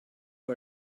who